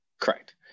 Correct